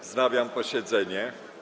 Wznawiam posiedzenie.